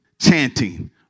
chanting